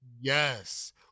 Yes